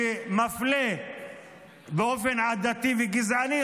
שמפלה באופן עדתי וגזעני,